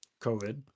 COVID